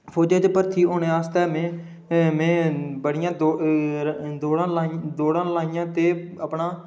फौजा भर्थी होने आस्तै में बड़ियां दौ दौड़ां दौड़ां लाइयां ते अपना